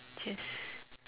just